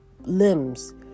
limbs